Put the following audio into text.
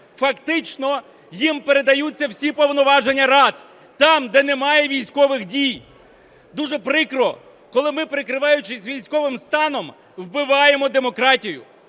Фактично їм передаються всі повноваження рад там, де немає військових дій. Дуже прикро, коли ми, прикриваючись військовим станом, вбиваємо демократію,